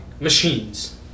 machines